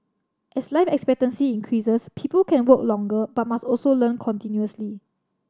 as life expectancy increases people can work longer but must also learn continuously